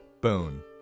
Boone